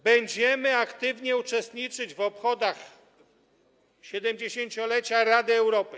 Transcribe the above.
Będziemy aktywnie uczestniczyć w obchodach 70-lecia Rady Europy.